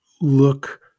look